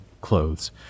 Clothes